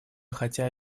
хотя